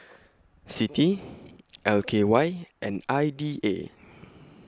CITI L K Y and I D A